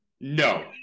No